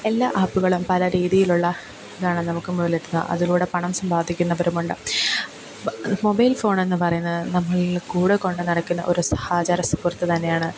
എല്ലാ ആപ്പുകളും പലരീതിയിലുള്ള ഇതാണെന്നും നമുക്കു മുമ്പിലെത്തുക അതിലൂടെ പണം സമ്പാദിക്കുന്നവരുമുണ്ട് മൊബൈൽ ഫോൺ എന്ന് പറയുന്നത് നമ്മൾ കൂടെ കൊണ്ട് നടക്കുന്ന ഒരു സഹചാര സുഹൃത്ത് തന്നെയാണ്